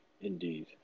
Indeed